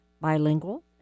bilingual